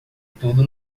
tudo